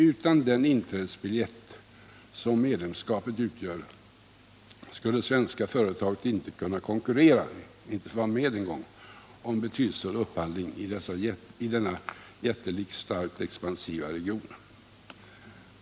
Utan den inträdesbiljett som medlemskapet utgör skulle svenska företag inte kunna konkurrera — inte ens få vara med —- om betydelsefull upphandling i denna jättelika och starkt expansiva region.